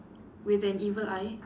with an evil eye